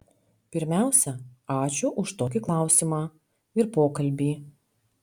pirmiausia ačiū už tokį klausimą ir pokalbį